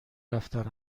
رفتن